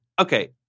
Okay